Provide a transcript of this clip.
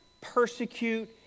persecute